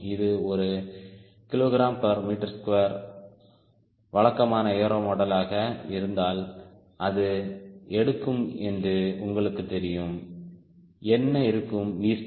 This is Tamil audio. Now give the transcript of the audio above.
இது 1 kgm2 வழக்கமான ஏரோ மாடலாக இருந்தால் அது எடுக்கும் என்று உங்களுக்குத் தெரியும் என்ன இருக்கும் Vstall